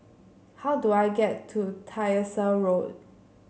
how do I get to Tyersall Road